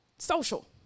Social